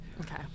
Okay